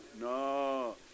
no